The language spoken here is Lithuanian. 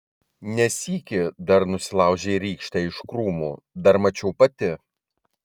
ne sykį dar nusilaužei rykštę iš krūmų dar mačiau pati